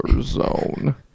zone